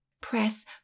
Press